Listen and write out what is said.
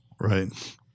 right